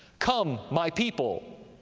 come, my people,